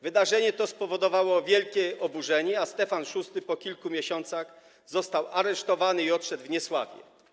Wydarzenie to spowodowało wielkie oburzenie, a Stefan VI po kilku miesiącach został aresztowany i odszedł w niesławie.